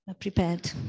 prepared